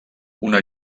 una